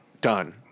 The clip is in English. Done